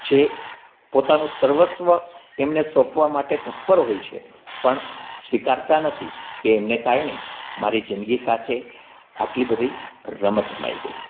છે પોતાનું સર્વસ્વ એમને સોંપવા માટે તત્પર હોય છે પણ સ્વિકારતા નથી કે એમને કારણે મારી જિંદગી સાથે આટલી બધી રમત રમાઈ ગઈ